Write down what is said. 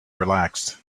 relaxed